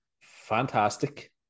fantastic